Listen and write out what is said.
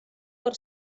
per